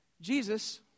Jesus